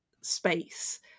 space